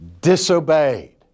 disobeyed